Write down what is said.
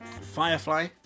Firefly